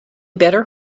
better